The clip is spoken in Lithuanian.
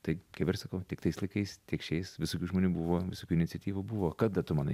tai kaip ir sakau tiek tais laikais tiek šiais visokių žmonių buvo visokių iniciatyvų buvo kada tu manai